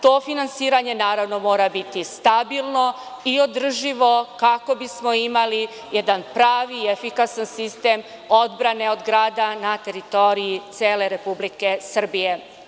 To finansiranje, naravno, mora biti stabilno i održivo kako bismo imali jedan pravi i efikasan sistem odbrane od grada na teritoriji cele Republike Srbije.